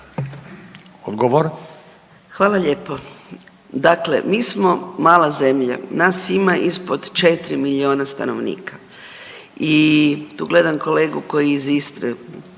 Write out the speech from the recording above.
(GLAS)** Hvala lijepa. Dakle, mi smo mala zemlja, nas ima ispod 4 milijuna stanovnika i tu gledam kolegu koji je iz Istre